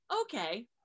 okay